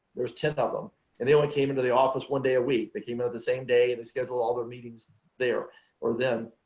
there's ten of them and they only came into the office one day a week. they came out the same day and they scheduled all their meetings there for them.